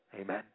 Amen